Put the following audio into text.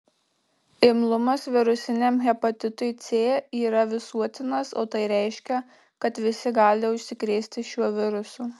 imlumas virusiniam hepatitui c yra visuotinas o tai reiškia kad visi gali užsikrėsti šiuo virusu